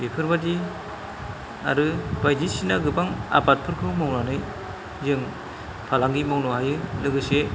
बेफोरबादि आरो बायदिसिना गोबां आबादफोरखौ मावनानै जों फालांगि मावनो हायो लोगोसे